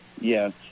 Yes